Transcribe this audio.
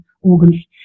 organs